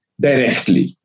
directly